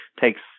takes